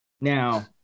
Now